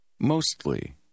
Mostly